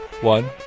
one